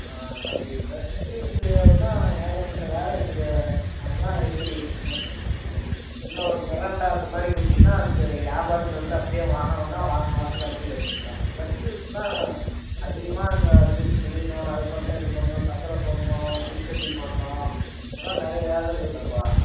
ஆ தம்பி fresh juice அதெல்லாம் ஏகப்பட்ட வேலை இருக்குது அதெல்லாம் எப்படி ஆ என்ன ஒரு மிரண்டா அந்த மாதிரி கொடுத்தீங்கன்னா அந்த வியாபாரத்துக்கு வந்து அப்படியே வாங்கினோன்னா வாங்கின பாட்டில் அப்படியே வச்சுக்கலாம் ஃப்ரெஷ் ஜூஸ்னால் அதிகமாக அங்கே ஜூஸு பிழியணும் அதை பண்ணணும் இதை பண்ணணும் சக்கரை போடணும் ஐஸ்கட்டி போடணும் இதெல்லாம் நிறைய வேலை இருக்குதல்லைப்பா